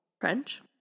French